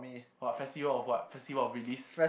what festival of what festival of release